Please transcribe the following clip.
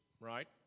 right